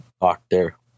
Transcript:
Doctor